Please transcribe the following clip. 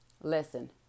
listen